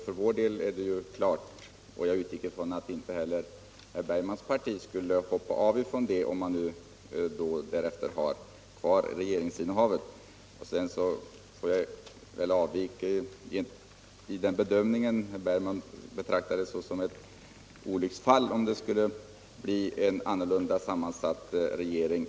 För centerpartiets del är detta helt klart, och jag utgick ifrån att inte heller det parti som herr Bergman i Göteborg företräder skulle frångå sina uttalanden, om man då har kvar regeringsinnehavet. Jag vill i det sammanhanget framföra en avvikande mening beträffande herr Bergmans bedömning när han betraktar det som ett olycksfall om det skulle bli en annorlunda sammansatt regering.